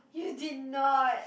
you did not